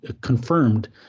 confirmed